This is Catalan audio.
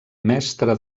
mestre